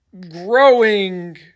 growing